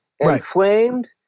Inflamed